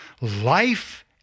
life